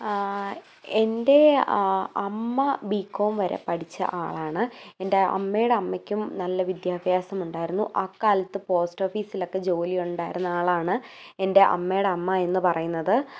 ആ എൻ്റെ അമ്മ ബികോം വരെ പഠിച്ച ആളാണ് എൻ്റെ അമ്മയുടെ അമ്മയ്ക്കും നല്ല വിദ്യാഭ്യാസം ഉണ്ടായിരുന്നു ആ കാലത്ത് പോസ്റ്റ് ഓഫീസിലൊക്കെ ജോലി ഉണ്ടായിരുന്ന ആളാണ് എൻ്റെ അമ്മയുടെ അമ്മ എന്നു പറയുന്നത്